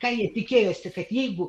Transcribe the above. ką ji tikėjosi kad jeigu